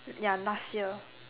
ya last year